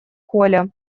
коля